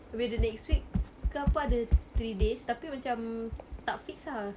habis the next week ke apa ada three days tapi macam tak fixed ah